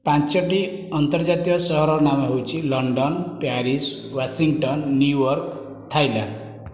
ପାଞ୍ଚଟି ଅନ୍ତର୍ଜାତୀୟ ସହରର ନାମ ହେଉଛି London Paris Washington New York Thailand